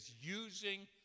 using